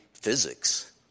physics